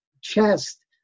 chest